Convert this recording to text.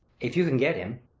if you can get him.